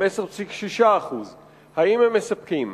הם 10.6% הם מספקים?